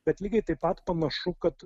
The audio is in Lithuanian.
bet lygiai taip pat panašu kad